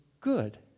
good